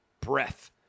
breath